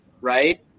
right